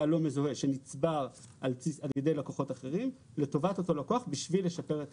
לא מזוהה שנצבר על-ידי לקוחות אחרים לטובת אותו לקוח כדי לשפר את